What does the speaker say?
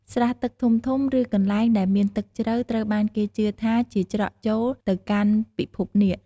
ស្រះទឹកធំៗ ឬ កន្លែងដែលមានទឹកជ្រៅត្រូវបានគេជឿថាជាច្រកចូលទៅកាន់ពិភពនាគ។